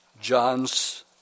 John's